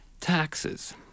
Taxes